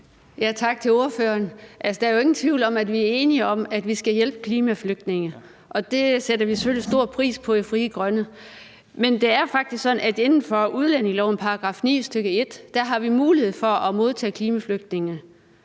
Tak til ordføreren. Der er jo ingen tvivl om, at vi er enige om, at vi skal hjælpe klimaflygtninge. Det sætter vi selvfølgelig stor pris på i Frie Grønne. Men det er faktisk sådan, at inden for udlændingelovens § 9, stk. 1, har vi mulighed for at modtage klimaflygtninge.